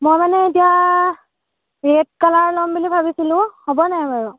মই মানে এতিয়া ৰেড কালাৰ ল'ম বুলি ভাবিছিলোঁ হ'ব নাই বাৰু